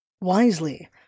wisely